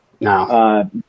No